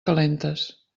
calentes